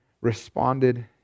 responded